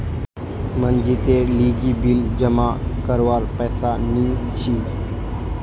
मनजीतेर लीगी बिल जमा करवार पैसा नि छी